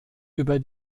über